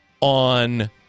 on